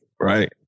right